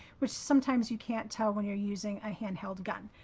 which sometimes you can't tell when you're using a hand-held gun.